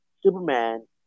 Superman